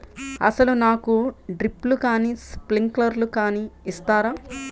అసలు నాకు డ్రిప్లు కానీ స్ప్రింక్లర్ కానీ ఇస్తారా?